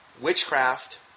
witchcraft